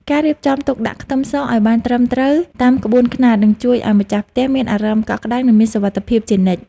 ការរៀបចំទុកដាក់ខ្ទឹមសឱ្យបានត្រឹមត្រូវតាមក្បួនខ្នាតនឹងជួយឱ្យម្ចាស់ផ្ទះមានអារម្មណ៍កក់ក្តៅនិងមានសុវត្ថិភាពជានិច្ច។